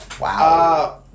Wow